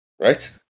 Right